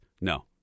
No